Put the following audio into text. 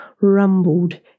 rumbled